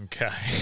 Okay